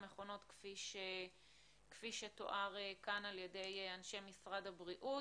כפי שתואר כאן על-ידי אנשי משרד הבריאות.